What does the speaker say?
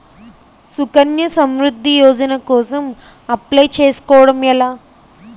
సుకన్య సమృద్ధి యోజన కోసం అప్లయ్ చేసుకోవడం ఎలా?